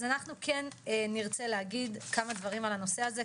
אז אנחנו כן נרצה להגיד כמה דברים על הנושא הזה,